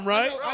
right